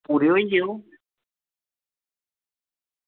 पूरे होई गे ओह्